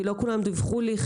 כי לא כולם דיווחו לי,